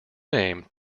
name